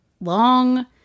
long